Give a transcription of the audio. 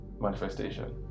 Manifestation